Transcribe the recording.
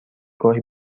گاهی